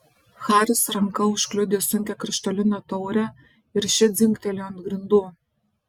haris ranka užkliudė sunkią krištolinę taurę ir ši dzingtelėjo ant grindų